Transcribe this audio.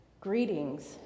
greetings